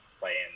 playing